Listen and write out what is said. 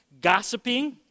gossiping